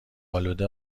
آلوده